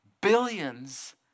billions